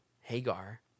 Hagar